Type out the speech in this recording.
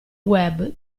web